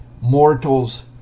Mortals